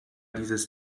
dieses